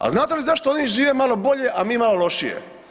A znate li zašto oni žive malo bolje, a mi malo lošije?